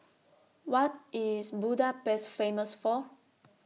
What IS Budapest Famous For